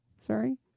Sorry